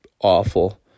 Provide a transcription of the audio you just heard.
awful